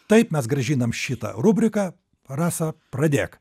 taip mes grąžinam šitą rubriką rasa pradėk